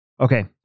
Okay